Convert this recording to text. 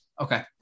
Okay